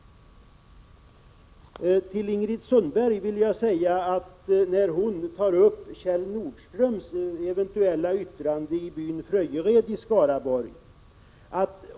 Ingrid Sundberg drar fram Kjell Nordströms eventuella yttranden i byn Fröjered i Skaraborgs län.